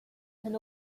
can